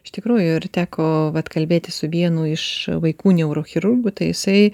iš tikrųjų ir teko vat kalbėtis su vienu iš vaikų neurochirurgu tai jisai